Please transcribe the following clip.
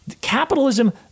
Capitalism